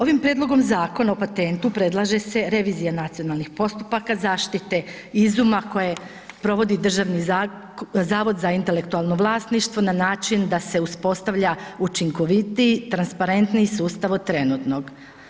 Ovim prijedlogom Zakona o patentu predlaže se revizija nacionalnih postupaka zaštite izuma koje provodi Državni zavod za intelektualno vlasništvo na način da se uspostavlja učinkovitiji, transparentniji sustav od trenutnog.